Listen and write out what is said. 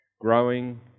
Growing